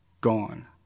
gone